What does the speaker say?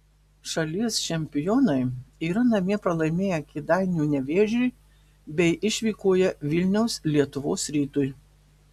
šalies čempionai yra namie pralaimėję kėdainių nevėžiui bei išvykoje vilniaus lietuvos rytui